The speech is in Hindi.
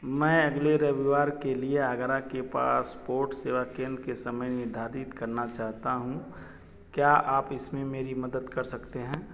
मैं अगले रविवार के लिए आगरा के पासपोर्ट सेवा केंद्र के समय निर्धारित करना चाहता हूँ क्या आप इसमें मेरी मदद कर सकते हैं